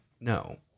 no